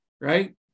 Right